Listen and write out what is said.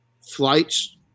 flights